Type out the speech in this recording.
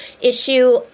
issue